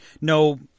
no